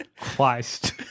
Christ